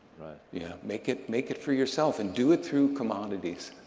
yeah make it make it for yourself, and do it through commodities.